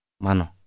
mano